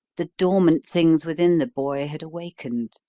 the dormant things within the boy had awakened.